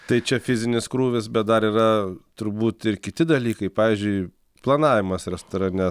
tai čia fizinis krūvis bet dar yra turbūt ir kiti dalykai pavyzdžiui planavimas restorane